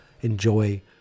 enjoy